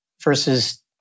versus